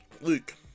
Luke